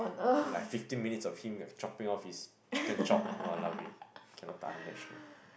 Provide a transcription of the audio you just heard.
then like fifteen minutes of him like chopping off his chicken chop ah !walao! eh cannot tahan that show